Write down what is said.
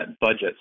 budgets